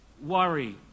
worry